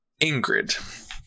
Ingrid